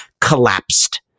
collapsed